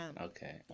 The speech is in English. Okay